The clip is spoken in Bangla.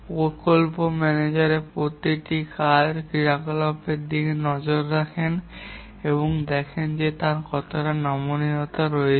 প্রকল্প ম্যানেজার প্রতিটি কাজ বা ক্রিয়াকলাপের দিকে নজর রাখেন এবং দেখেন যে তাঁর কতটা নমনীয়তা রয়েছে